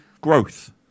growth